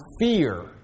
fear